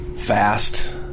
Fast